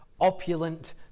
opulent